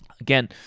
Again